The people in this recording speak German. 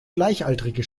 gleichaltrige